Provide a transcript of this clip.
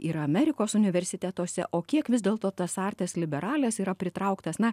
yra amerikos universitetuose o kiek vis dėlto tas artes liberales yra pritrauktas na